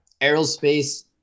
Aerospace